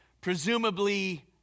presumably